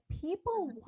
people